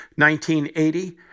1980